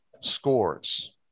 scores